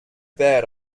bad